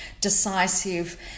decisive